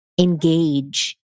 engage